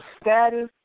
status